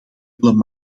willen